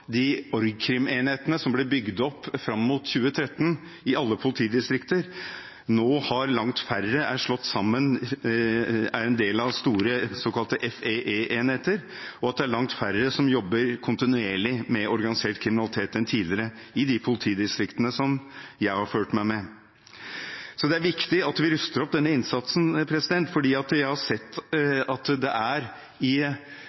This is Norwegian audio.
de org.krim-enhetene som ble bygd opp fram mot 2013 i alle politidistrikter, nå er langt færre. De er slått sammen og er en del av store såkalte FEE-enheter, og det er langt færre som jobber kontinuerlig med organisert kriminalitet enn tidligere i de politidistriktene jeg har forhørt meg med. Det er viktig at vi ruster opp denne innsatsen, for mange steder rundt i landet har jeg sett